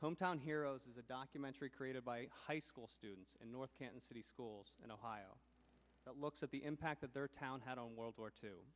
hometown hero is a documentary created by a high school student in north kansas city schools in ohio that looks at the impact that their town had on world war two